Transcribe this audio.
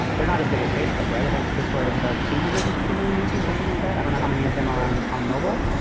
they're not as big as facebook, right? i think discord has about two hundred and fifty million users or something like that. i don't know how many of them are on on mobile.